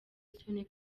isoni